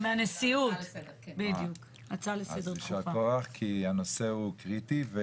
אז יישר כוח, כי הנושא הוא קריטי.